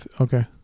Okay